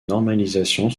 normalisation